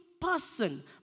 person